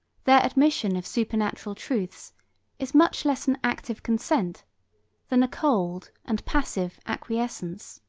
their admission of supernatural truths is much less an active consent than a cold and passive acquiescence.